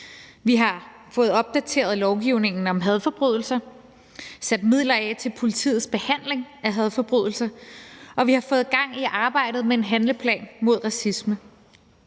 Vi har fået opdateret lovgivningen om hadforbrydelser, sat midler af til politiets behandling af hadforbrydelser, og vi har fået gang i arbejdet med en handleplan mod racisme.